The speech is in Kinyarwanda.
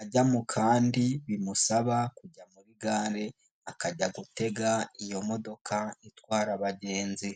ajya mu kandi bimusaba kujya muri gare akajya gutega iyo modoka itwara abagenzi.